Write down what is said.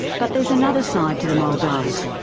but there is another side to the maldives,